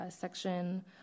Section